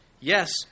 Yes